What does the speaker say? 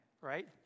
right